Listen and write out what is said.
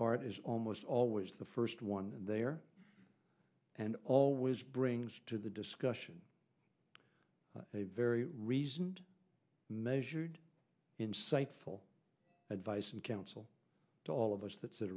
part is almost always the first one there and always brings to the discussion a very reasoned measured insightful advice and counsel to all of us that sit